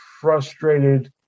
frustrated